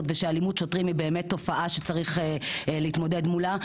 ושאלימות שוטרים היא באמת תופעה שצריך להתמודד איתה.